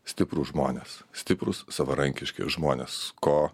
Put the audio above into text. stiprūs žmonės stiprūs savarankiški žmonės ko